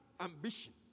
ambition